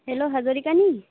hello হাজৰিকানী